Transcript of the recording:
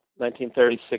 1936